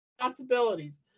responsibilities